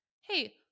hey